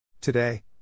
Today